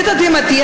לתדהמתי,